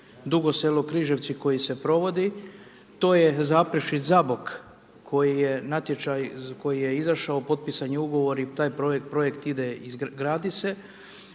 Dugo Selo – Križevci, koji se provodi, to je Zaprešić – Zabok, koji je natječaj, koji je izašao, potpisan je Ugovor i taj projekt ide i gradi se,